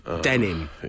denim